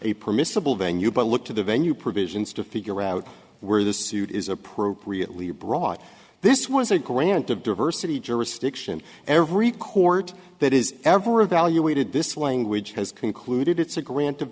a permissible venue but look to the venue provisions to figure out where the suit is appropriately brought this was a grant of diversity jurisdiction every court that is ever evaluated this language has concluded it's a grant of